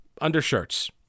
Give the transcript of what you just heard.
undershirts